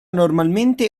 normalmente